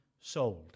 sold